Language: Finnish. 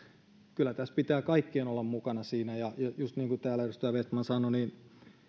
kyllä tässä pitää kaikkien olla mukana siinä ja just niin kuin täällä edustaja vestman sanoi niin